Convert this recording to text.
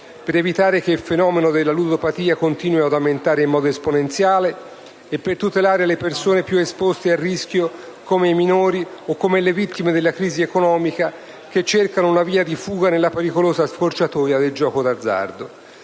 per evitare che il fenomeno della ludopatia continui ad aumentare in modo esponenziale e per tutelare le persone più esposte al rischio, come i minori o come le vittime della crisi economica, che cercano una via di fuga nella pericolosa scorciatoia del gioco d'azzardo.